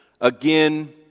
Again